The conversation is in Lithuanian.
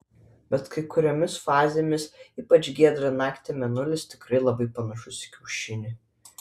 bet kai kuriomis fazėmis ypač giedrą naktį mėnulis tikrai labai panašus į kiaušinį